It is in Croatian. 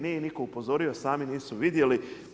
Nije nitko upozorio, sami nisu vidjeli.